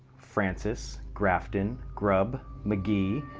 francis, grafton, grubb, mcgee,